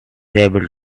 able